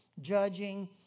judging